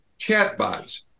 chatbots